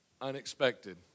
unexpected